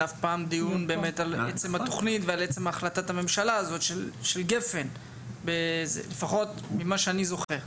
דיון על עצם התכנית ועל עצם החלטת הממשלה של גפ"ן; לפחות ממה שאני זוכר.